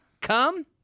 Come